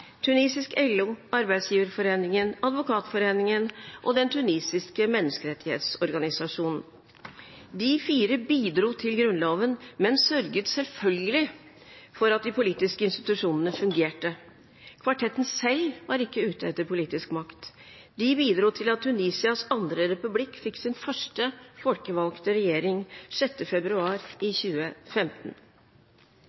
tunisisk LO, arbeidsgiverforeningen, advokatforeningen og den tunisiske menneskerettighetsorganisasjonen. De fire bidro til grunnloven, men sørget selvfølgelig for at de politiske institusjonene fungerte. Kvartetten selv var ikke ute etter politisk makt. De bidro til at Tunisias andre republikk fikk sin første folkevalgte regjering 6. februar